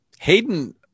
hayden